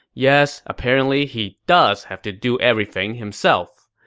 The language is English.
yes, apparently he does have to do everything himself.